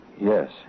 Yes